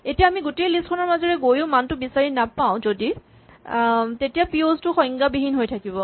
এতিয়া আমি গোটেই লিষ্ট খনৰ মাজেৰে গৈয়ো মানটো বিচাৰি নাপাও তেতিয়া পিঅ'ছ টো সংজ্ঞা বিহীন হৈ থাকিব